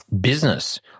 business